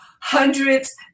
hundreds